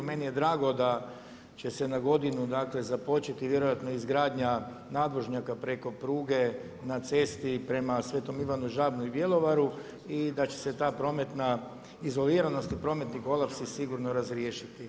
Meni je drago će se na godinu, dakle započeti vjerojatno izgradnja nadvožnjaka preko pruge na cesti prema Svetom Ivanom Žabno i Bjelovaru i da će se ta prometna izoliranost i prometni kolaps sigurno razriješiti.